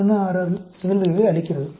166 நிகழ்தகவை அளிக்கிறது